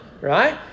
right